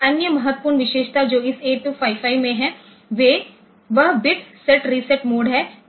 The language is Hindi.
एक अन्य महत्वपूर्ण विशेषता जो इस 8255 में है वह बिट सेट रीसेट मोड है